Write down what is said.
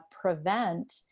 prevent